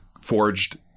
forged